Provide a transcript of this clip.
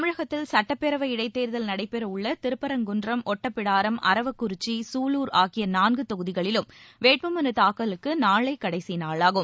தமிழகத்தில் சட்டப்பேரவை இடைத் தேர்தல் நடைபெற உள்ள திருப்பரங்குன்றம் ஒட்டப்பிடாரம் அரவக்குறிச்சி சூலூர் ஆகிய நான்கு தொகுதிகளிலும் வேட்பு மலு தாக்கலுக்கு நாளை கடைசி நாளாகும்